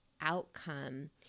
outcome